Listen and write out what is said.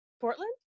Portland